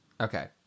Okay